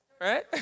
right